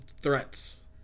threats